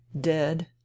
dead